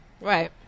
right